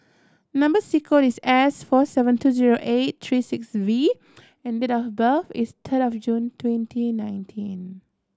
number sequence is S four seven two zero eight three six V and date of birth is of June twenty nineteen